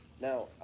Now